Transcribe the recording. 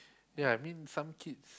ya I mean some kids